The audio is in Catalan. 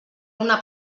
una